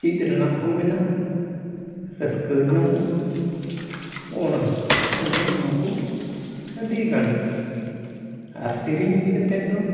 ᱪᱮᱫ ᱨᱮᱱᱟᱜ ᱦᱚᱸ ᱢᱮᱱᱟᱜᱼᱟ ᱨᱟᱹᱥᱠᱟᱹ ᱧᱟᱢᱚᱜᱼᱟ ᱱᱚᱜᱼᱱᱟ ᱱᱚᱜᱼᱱᱟᱠᱚ ᱟᱹᱰᱤ ᱜᱟᱱ ᱟᱨ ᱥᱮᱨᱮᱧ ᱤᱫᱤ ᱠᱟᱛᱮ ᱫᱚ